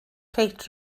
kate